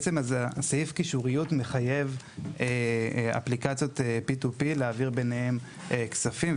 סעיף הקישוריות מחייב את האפליקציות P2P להעביר ביניהן כספים,